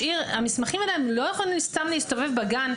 המסמכים האלה לא יכולים סתם להסתובב בגן.